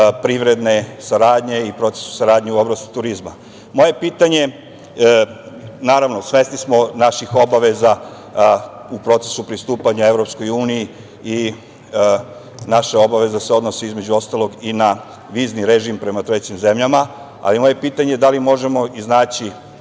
privredne saradnje i procesu saradnje u oblasti turizma. Moje pitanje, naravno svesni smo naših obaveza u procesu pristupanja EU i naše obaveze se odnose, između ostalog, i na vizni režim prema trećim zemljama, ali moje pitanje je da li možemo iznaći